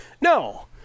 No